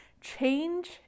change